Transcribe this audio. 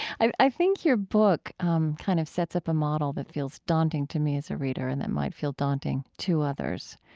i i think your book um kind of sets up a model that feels daunting to me as a reader, and that might feel daunting to others.